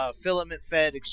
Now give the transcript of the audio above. Filament-fed